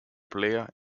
player